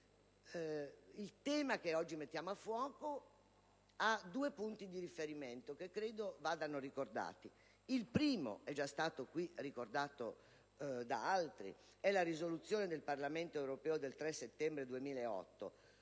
Il tema che oggi mettiamo a fuoco ha due punti di riferimento, che credo vadano ricordati. Il primo, già evidenziato da altri in Aula, è la risoluzione del Parlamento europeo del 3 settembre 2008